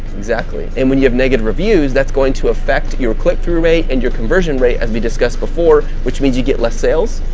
exactly, and when you have negative reviews, that's going to affect your click-through rate and your conversion rate as we discussed before, which means you get less sales,